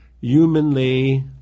humanly